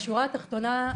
בשורה התחתונה,